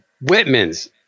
Whitman's